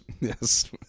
Yes